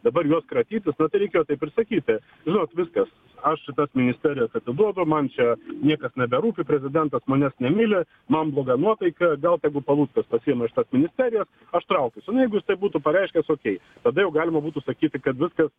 dabar jos kratytis na tai reikėjo taip ir sakyti žinot viskas aš šitas ministerijas atiduodu man čia niekas neberūpi prezidentas manęs nemyli man bloga nuotaika gal tegu paluckas pasiima šitas ministerijas aš traukiuosi nu jeigu jis tai būtų pareiškęs okei tada jau galima būtų sakyti kad viskas